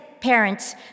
parents